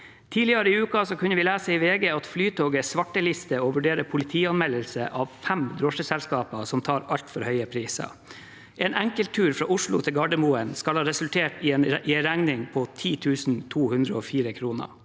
Tidligere i uken kunne vi lese i VG at Flytoget svartelister og vurderer politianmeldelse av fem drosjeselskaper som tar altfor høye priser. En enkelttur fra Oslo til Gardermoen skal ha resultert i en regning på 10 204 kr.